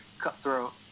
cutthroat